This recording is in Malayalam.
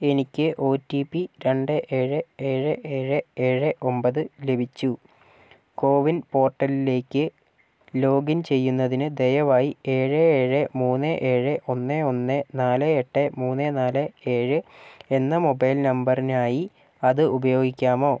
എനിക്ക് ഒ ടി പി രണ്ട് ഏഴ് ഏഴ് ഏഴ് ഏഴ് ഒൻപത് ലഭിച്ചു കോ വിൻ പോർട്ടലിലേക്ക് ലോഗിൻ ചെയ്യുന്നതിന് ദയവായി ഏഴ് ഏഴ് മൂന്ന് ഏഴ് ഒന്ന് ഒന്ന് നാല് എട്ട് മൂന്ന് നാല് ഏഴ് എന്ന മൊബൈൽ നമ്പറിനായി അത് ഉപയോഗിക്കാമോ